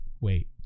wait